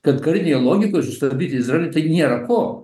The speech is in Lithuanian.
kad karinėje logikoj stabilizuoti izraelį tai nėra ko